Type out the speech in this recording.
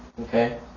Okay